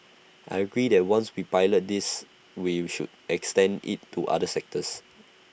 I agree that once we pilot this we should extend IT to other sectors